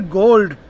gold